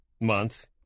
month